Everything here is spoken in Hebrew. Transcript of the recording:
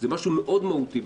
זה משהו מאוד מהותי.